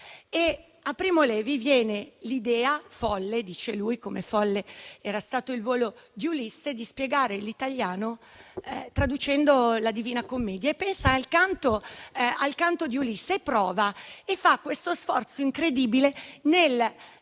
A Primo Levi viene l'idea folle - dice lui - come folle era stato il volo di Ulisse, di spiegare l'italiano traducendo la Divina Commedia. Pensa dunque al canto di Ulisse e prova, facendo uno sforzo incredibile per